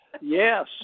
Yes